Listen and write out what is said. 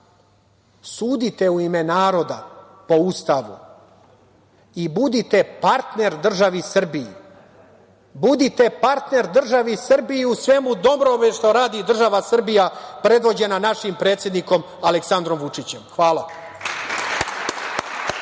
Sudite u ime naroda, po Ustavu, i budite partner državi Srbiji, budite partner državi Srbiji svemu dobrom što radi država Srbija, predvođena našim predsednikom Aleksandrom Vučićem. Hvala.